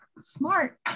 smart